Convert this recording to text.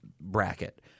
bracket